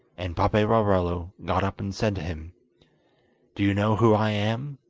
and paperarello got up and said to him do you know who i am?